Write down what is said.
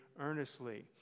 earnestly